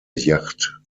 yacht